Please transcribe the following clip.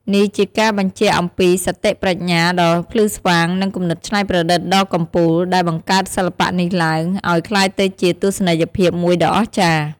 នេះជាការបញ្ជាក់អំពីសតិប្រាជ្ញាដ៏ភ្លឺស្វាង និងគំនិតច្នៃប្រឌិតដ៏កំពូល ដែលបង្កើតសិល្បៈនេះឡើង ឲ្យក្លាយទៅជាទស្សនីយភាពមួយដ៏អស្ចារ្យ ។